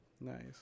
Nice